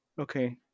Okay